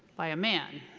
by a man.